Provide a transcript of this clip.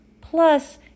plus